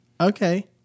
okay